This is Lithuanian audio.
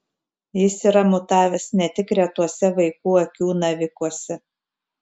jis yra mutavęs ne tik retuose vaikų akių navikuose